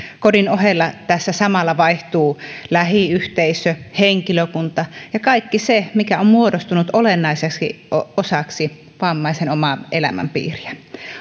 kodin ohella tässä samalla vaihtuu lähiyhteisö henkilökunta ja kaikki se mikä on muodostunut olennaiseksi osaksi vammaisen omaa elämänpiiriä